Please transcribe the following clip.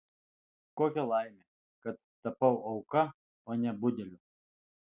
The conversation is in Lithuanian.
kokia laimė kad tapau auka o ne budeliu